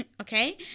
Okay